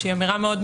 שהיא מאוד מפתה,